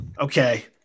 Okay